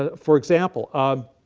ah for example um